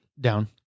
down